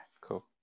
cool